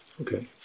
okay